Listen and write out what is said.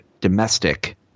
domestic